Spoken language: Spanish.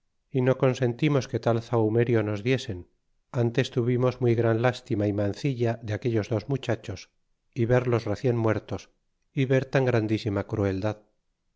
y no consentimos que tal zahurnerio nos diesen n tes tuvimos muy gran lástima y mancilla de aquellos dos muchachos é verlos reden muertos y ver tan grandísima crueldad